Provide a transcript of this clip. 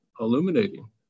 illuminating